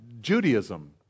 Judaism